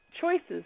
choices